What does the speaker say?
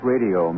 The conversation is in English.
Radio